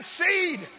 seed